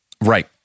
Right